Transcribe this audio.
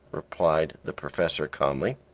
replied the professor, calmly,